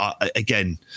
again